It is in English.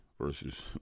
versus